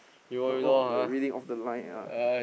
not not the reading off the line ah